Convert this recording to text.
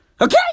Okay